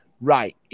Right